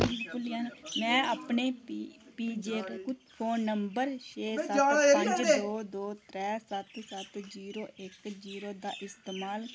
में अपनें पी जे फोन नंबर छे सत्त पंज दो दो त्रै सत्त सत्त जीरो इक जीरो दा इस्तमाल